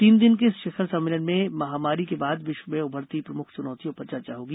तीन दिन के इस शिखर सम्मेलन में महामारी के बाद विश्व में उभरती प्रमुख चूनौतियों पर चर्चा होगी